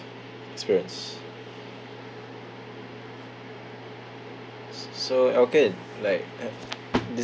experience s~ so alken like eh this